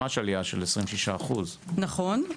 בבריטניה ממש עלייה של 26%. נכון,